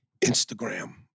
Instagram